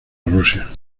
rusia